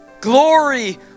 Glory